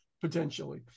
potentially